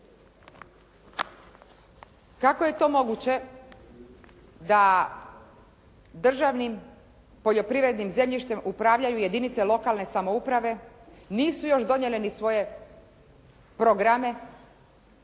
Kako je to moguće da državnim poljoprivrednim zemljištem upravljaju jedinice lokalne samouprave, nisu još donijele ni svoje programe